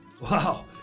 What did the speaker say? Wow